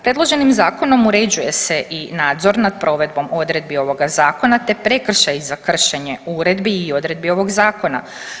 Predloženim zakonom uređuje se i nadzor nad provedbom odredbi ovoga zakona, te prekršaji za kršenje uredbi i odredbi ovog zakona.